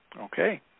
Okay